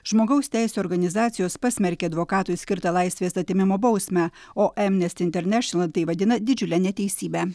žmogaus teisių organizacijos pasmerkė advokatui skirtą laisvės atėmimo bausmę o amnesty international tai vadina didžiule neteisybe